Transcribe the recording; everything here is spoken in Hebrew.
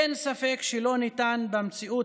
אין ספק שלא ניתן במציאות